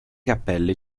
cappelle